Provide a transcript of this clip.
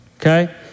okay